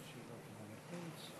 כבוד השר מוזמן לעלות.